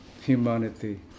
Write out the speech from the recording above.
humanity